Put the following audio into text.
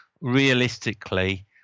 realistically